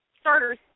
starters